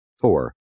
four